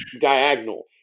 diagonal